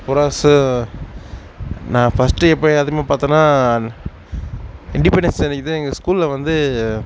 புறாஸு நான் ஃபஸ்ட்டு எப்போ அதிகமாக பார்த்தோன்னா இண்டிபெண்டன்ஸ் டே அன்றைக்கிதான் எங்கள் ஸ்கூலில் வந்து